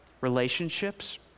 Relationships